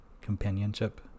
companionship